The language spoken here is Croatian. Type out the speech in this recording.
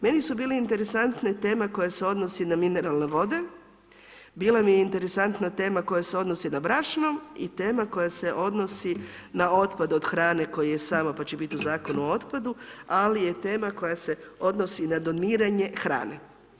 Meni su bile interesantne tema koja se odnosi na mineralne vode, bila mi je interesantna tema koja se odnosi na brašno i tema koja se odnosi na otpad od hrane koja je sama pa će biti u Zakonu o otpadu ali je tema koja se odnosi na doniranje hrane.